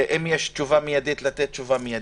אם יש תשובה מיידית, לתת תשובה מיידית.